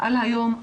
על היום הזה,